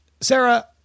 Sarah